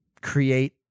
create